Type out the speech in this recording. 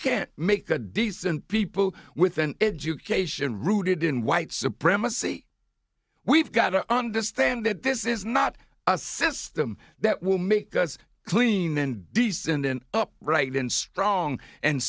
can't make a decent people with an education rooted in white supremacy we've got to understand that this is not a system that will make us clean and decent and up right and strong and